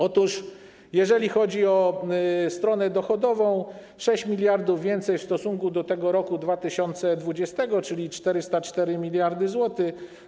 Otóż jeżeli chodzi o stronę dochodową, 6 mld więcej w stosunku do roku 2020, czyli 404 mld zł.